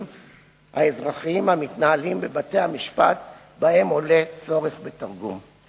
האזרחיים המתנהלים בבתי-המשפט שבהם עולה צורך בתרגום.